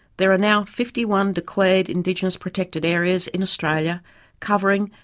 there are now fifty one declared indigenous protected areas in australia covering,